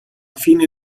fine